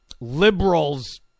liberals